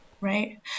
Right